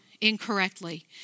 incorrectly